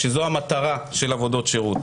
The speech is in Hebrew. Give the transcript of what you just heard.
שזו מטרת עבודות שירות.